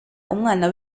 umwana